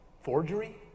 forgery